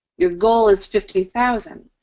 your goal is fifty thousand,